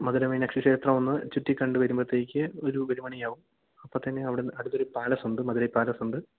മധുര മീനാക്ഷി ക്ഷേത്രമൊന്ന് ചുറ്റിക്കണ്ട് വരുമ്പോഴ്ത്തേക്ക് ഒരു ഒരു മണിയാകും അപ്പം തന്നെ അവിടെന്ന് അടുത്ത് ഒരു പാലസൊണ്ട് മധുരൈ പാലസൊണ്ട്